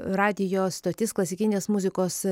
radijo stotis klasikinės muzikos